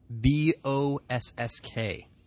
B-O-S-S-K